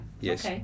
Yes